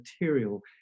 material